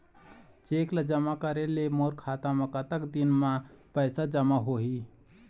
Cheque ला जमा करे ले मोर खाता मा कतक दिन मा पैसा जमा होही?